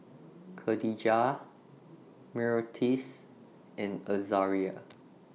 Kadijah Myrtis and Azaria